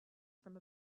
from